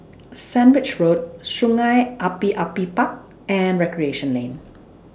Sandwich Road Sungei Api Api Park and Recreation Lane